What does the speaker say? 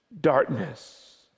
darkness